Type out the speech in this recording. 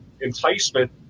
enticement